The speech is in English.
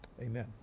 Amen